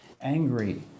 angry